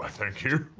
ah thank you.